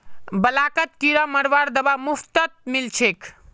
ब्लॉकत किरा मरवार दवा मुफ्तत मिल छेक